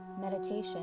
meditation